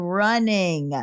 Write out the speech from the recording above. running